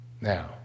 Now